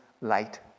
light